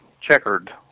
checkered